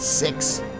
Six